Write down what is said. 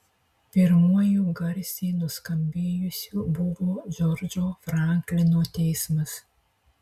pirmuoju garsiai nuskambėjusiu buvo džordžo franklino teismas